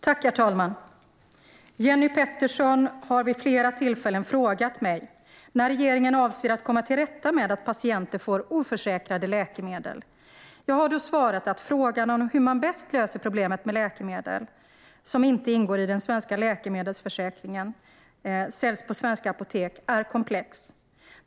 Herr talman! Jenny Petersson har vid flera tillfällen frågat mig när regeringen avser att komma till rätta med att patienter får oförsäkrade läkemedel. Jag har då svarat att frågan om hur man bäst löser problemet med att läkemedel som inte ingår i den svenska läkemedelsförsäkringen säljs på svenska apotek är komplex.